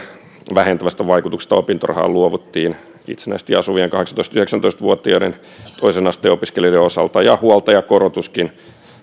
vähentävästä vaikutuksesta opintorahaan luovuttiin itsenäisesti asuvien kahdeksantoista viiva yhdeksäntoista vuotiaiden toisen asteen opiskelijoiden osalta ja huoltajakorotuskin